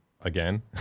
again